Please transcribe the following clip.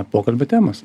pokalbio temos